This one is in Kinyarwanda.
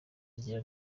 agira